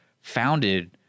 founded